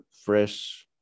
fresh